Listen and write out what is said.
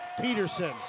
Peterson